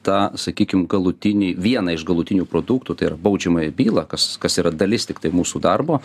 tą sakykim galutinį vieną iš galutinių produktų tai yra baudžiamąją bylą kas kas yra dalis tiktai mūsų darbo